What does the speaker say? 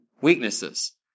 weaknesses